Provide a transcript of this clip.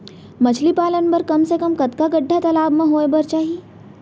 मछली पालन बर कम से कम कतका गड्डा तालाब म होये बर चाही?